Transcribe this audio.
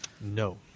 No